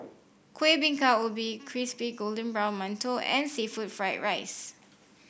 Kuih Bingka Ubi Crispy Golden Brown Mantou and seafood Fried Rice